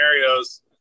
scenarios